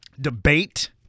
debate